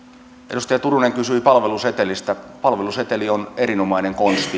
edustaja turunen kysyi palvelusetelistä palveluseteli on erinomainen konsti